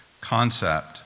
concept